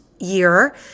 year